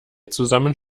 zusammen